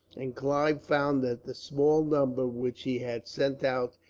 and clive found that the small number which he had sent out,